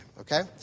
Okay